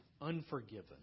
unforgiven